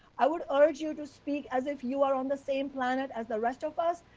i would urge you to speak as if you were on the same planet as the rest of us,